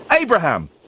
Abraham